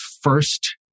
first